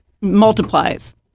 multiplies